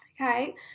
Okay